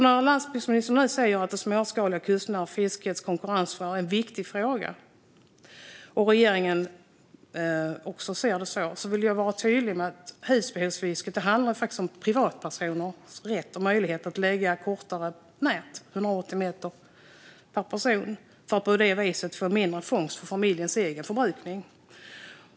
När landsbygdsministern nu säger att det småskaliga och kustnära fiskets konkurrenskraft är en viktig fråga, och att även regeringen ser det så, vill jag vara tydlig med att husbehovsfisket faktiskt handlar om privatpersoners rätt och möjlighet att lägga kortare nät - 180 meter per person - för att få en mindre fångst för familjens egen förbrukning.